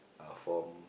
uh from